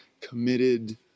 committed